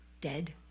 dead